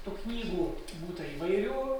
tų knygų būta įvairių